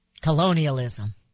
colonialism